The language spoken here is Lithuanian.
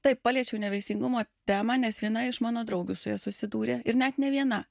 taip paliečiau nevaisingumo temą nes viena iš mano draugių su ja susidūrė ir net ne viena